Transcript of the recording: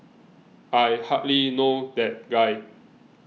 I hardly know that guy